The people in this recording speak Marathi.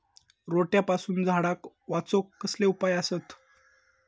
रोट्यापासून झाडाक वाचौक कसले उपाय आसत?